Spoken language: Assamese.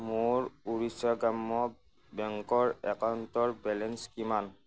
মোৰ উৰিষ্যা গ্ৰাম্য বেংকৰ একাউণ্টৰ বেলেঞ্চ কিমান